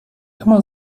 immer